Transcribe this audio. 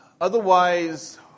Otherwise